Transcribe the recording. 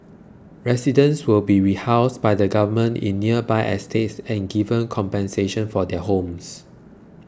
residents will be rehoused by the Government in nearby estates and given compensation for their homes